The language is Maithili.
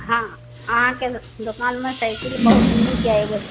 हँ अहाँके दोकानमे साइकिल बहुत निक यऽ एगो